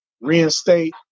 reinstate